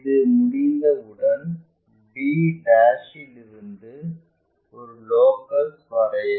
இது முடிந்தவுடன் b இல் இருந்து ஒரு லோக்கஸ் வரையவும்